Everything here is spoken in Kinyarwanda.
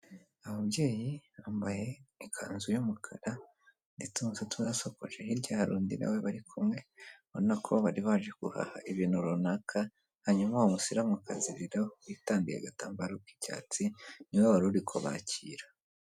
Ababyeyi bambaye ikanzu y'umukara ndetse n'umusatsi urasokoje, hirya hari undi na we bari kumwe ubona ko bari baje guhaha ibintu runaka. Hanyuma uwo Musimukazi rero witambi agatambaro k'icyatsi, ni we wari uri kubakira.